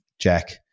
Jack